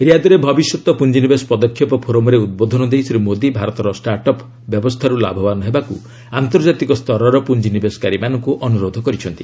ରିଆଦ୍ରେ ଭବିଷ୍ୟତ ପୁଞ୍ଜିନିବେଶ ପଦକ୍ଷେପ ଫୋରମ୍ରେ ଉଦ୍ବୋଧନ ଦେଇ ଶ୍ରୀ ମୋଦି ଭାରତର ଷ୍ଟାର୍ଟ ଅପ୍ ବ୍ୟବସ୍ଥାରୁ ଲାଭବାନ ହେବାକୁ ଆନ୍ତର୍ଜାତିକ ସ୍ତରର ପୁଞ୍ଜିନିବେଶକାରୀମାନଙ୍କୁ ଅନୁରୋଧ କରିଛନ୍ତି